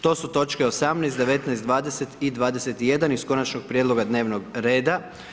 To su točke 18., 19. 20. i 21. iz konačnog prijedloga dnevnog reda.